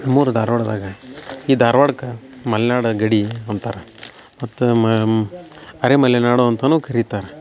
ನಮ್ಮೂರು ಧಾರವಾಡದಾಗ ಈ ಧಾರವಾಡಕ್ಕ ಮಲೆನಾಡ ಗಡಿ ಅಂತಾರೆ ಮತ್ತು ಮಮ್ ಅರೆ ಮಲೆನಾಡು ಅಂತನೂ ಕರಿತಾರೆ